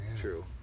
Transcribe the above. True